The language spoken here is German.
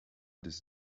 des